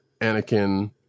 Anakin